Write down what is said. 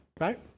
right